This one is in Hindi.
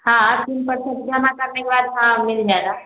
हाँ तीन परसेंट जमा करने के बाद हाँ मिल जाएगा